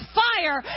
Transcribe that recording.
fire